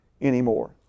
anymore